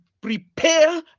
prepare